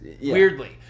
weirdly